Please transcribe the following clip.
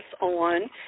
on